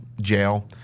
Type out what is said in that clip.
jail